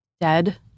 dead